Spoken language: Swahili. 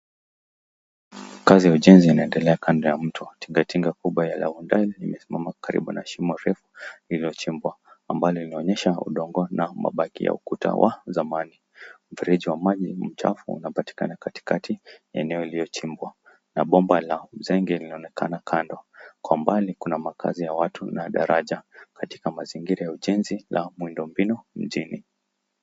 Kazi ya ujenzi inaendelea kando ya mto, tinga tinga kubwa ya lau ndani imesimama karibu na shimo refu lililochimbwa ambayo inaonyesha udongo na mabaki ya ukuta wa zamani, mfereji wa maji mchafu unapatikana katikati ya eneo lililochimbwa na bomba la uzenge linaonekana kando. Kwa umbali kuna makazi ya watu na daraja katika mazingira ya ujenzi na mwendo mbinu mjini.